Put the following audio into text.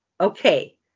okay